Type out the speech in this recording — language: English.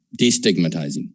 Destigmatizing